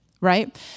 right